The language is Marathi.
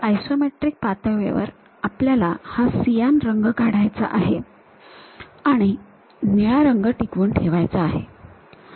तर आयसोमेट्रिक पातळीवर आपल्याला हा सियान रंग काढायचा आहे आणि निळा रंग टिकवून ठेवायचा आहे